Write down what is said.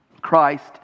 Christ